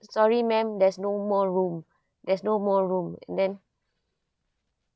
sorry ma'am there's no more room there's no more room and then